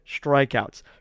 strikeouts